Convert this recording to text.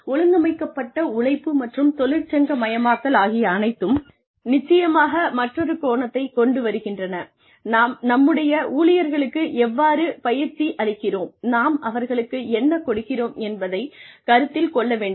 ஒழுங்கமைக்கப்பட்ட உழைப்பு மற்றும் தொழிற்சங்கமயமாக்கல் ஆகிய அனைத்தும் நிச்சயமாக மற்றொரு கோணத்தைக் கொண்டுவருகின்றன நாம் நம்முடைய ஊழியர்களுக்கு எவ்வாறு பயிற்சி அளிக்கிறோம் நாம் அவர்களுக்கு என்ன கொடுக்கிறோம் என்பதை கருத்தில் கொள்ள வேண்டும்